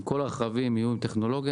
אם כל הרכבים יהיו עם טכנולוגיה,